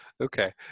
Okay